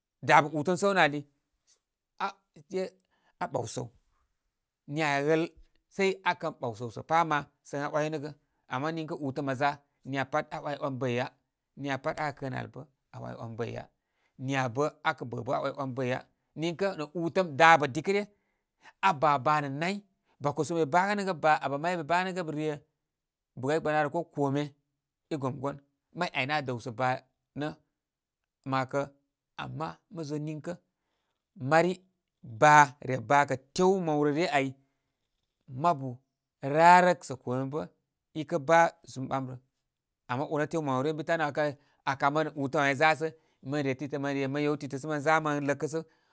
Də ūtəm səw nə' ra ali, ā, e', a' ɓaw səw. Niya ghal sei akən ɓaw səw sə pa ma sə ən aa 'waynəgə. Ama niŋkə utəm aa za niya pat aa 'waywan bəya. Niya pat akə kə nə al bə aa 'waywan bəya. Niyabə' aa kə bə' bə' aa 'way 'wan bəya. Niŋkə nə' ūtəm dabə' dikə ryə a' babaa nə nay. Bako sə mo ba nəgə baa abə may be banəgə rye bugai gbanaarə ko kome i gomgon. May ai nə aa dəwsə baa nə. Məiwaykə ama, mə zo niŋkə, mari baa re bakə tew maw rə ryə ai mabu rarək sa kome bə i ba zum ɓam rə. Ama unə tew maw rə ryə ən bi tan mə 'wakə aa kamə utəm ai za sə, mə re titə', mə re mən yew titə' sə mə za mə ləkə sə.